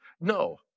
No